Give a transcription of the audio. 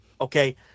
Okay